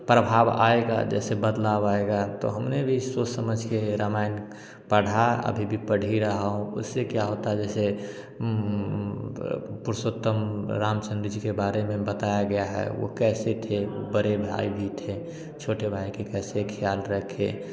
प्रभाव आएगा जैसे बदलाव आएगा तो हमने भी सोच समझ के रामायण पढ़ा अभी भी पढ़ ही रहा हूँ उससे क्या होता है जैसे पुरुषोत्तम रामचंद्र जी के बारे में बताया गया है वो कैसे थे बड़े भाई भी थे छोटे भाई के कैसे ख्याल रखे